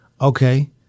okay